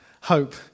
hope